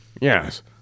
Yes